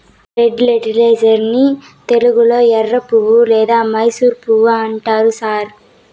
red lentils ని తెలుగులో ఎర్రపప్పు లేదా మైసూర్ పప్పు అంటారు సార్